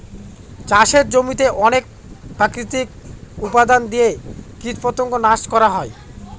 চাষের জমিতে অনেক প্রাকৃতিক উপাদান দিয়ে কীটপতঙ্গ নাশ করা হয়